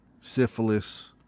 syphilis